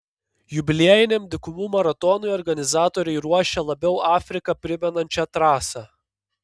jubiliejiniam dykumų maratonui organizatoriai ruošia labiau afriką primenančią trasą